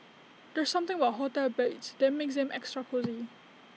there's something about hotel beds that makes them extra cosy